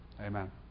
Amen